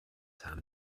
haben